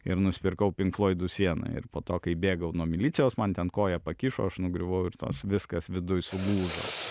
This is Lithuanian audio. ir nusipirkau pink floidų sieną ir po to kai bėgau nuo milicijos man ten koją pakišo aš nugriuvau ir tos viskas viduj sulūžo